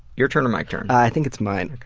your turn or my turn? i think it's mine.